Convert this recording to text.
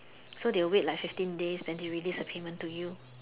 so they will wait like fifteen days then they release the payment to you